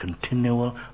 continual